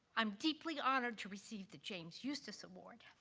i'm deeply honored to receive the james eustice award.